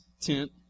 tent